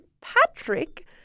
Patrick